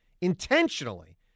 intentionally